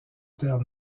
terre